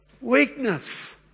weakness